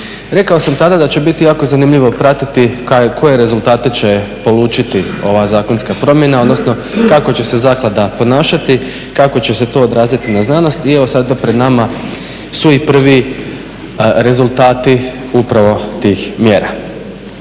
Rekao sam tada da će biti jako zanimljivo pratiti koje rezultate će polučiti ova zakonska promjena odnosno kako će se zaklada ponašati, kako će se to odraziti na znanost i evo sada pred nama su i prvi rezultati upravo tih mjera.